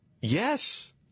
Yes